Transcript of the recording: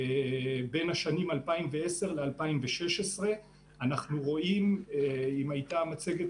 בין השנים 2010 ל-2016 אנחנו רואים אם הייתה המצגת,